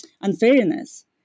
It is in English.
unfairness